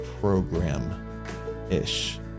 program-ish